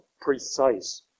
precise